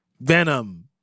Venom